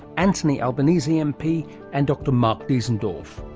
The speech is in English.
anthony albanese mp and dr mark diesendorf.